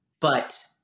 But-